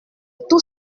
tous